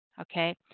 okay